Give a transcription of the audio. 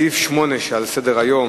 סעיף 8 בסדר-היום,